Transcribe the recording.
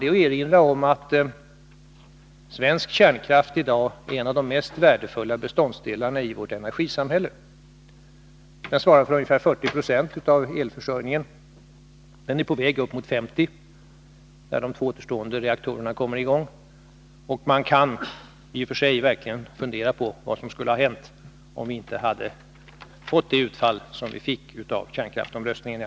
Det är att erinra om att svensk kärnkraft i dag är en av de mest värdefulla beståndsdelarna i vårt energisamhälle. Den svarar för ungefär 40 20 av elförsörjningen. Den är på väg upp mot 50 26 när de två återstående reaktorerna kommer i gång. Man kan i och för sig verkligen fundera på vad som skulle ha hänt om vi inte hade fått det utfall som vi fick av kärnkraftsomröstningen.